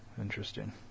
Interesting